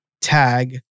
tag